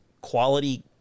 quality